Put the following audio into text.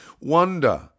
Wonder